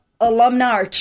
alumni